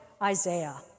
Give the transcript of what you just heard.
Isaiah